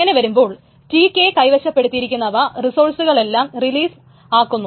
അങ്ങനെ വരുമ്പോൾ Tk കൈവശപ്പെടുത്തിയിരിക്കുന്നവ റിസോഴ്സുകളെയെല്ലാം റിലീസ് ആക്കുന്നു